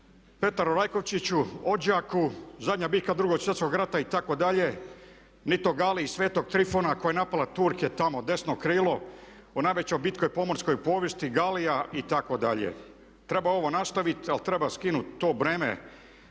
Petar Rajkovčiću, Odžaku, zadnja bitka Drugog svjetskog rata itd., Nito Gali i svetog Trifona koja je napala Turke tamo desno krilo, o najvećoj bitki u pomorskoj povijesti, galija itd.. Treba ovo nastaviti ali treba skinuti to breme